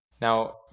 Now